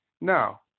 Now